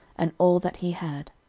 and all that he had.